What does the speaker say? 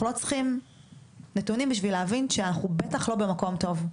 אנחנו לא צריכים נתונים בשביל להבין שאנחנו בטח לא במקום טוב,